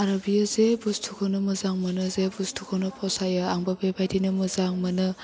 आरो बेयो जे बुस्थुखौनो मोजां मोनो जे बुस्थुखौनो फसायो आंबो बेबायदिनो मोजां मोनो